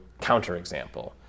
counterexample